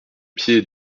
pied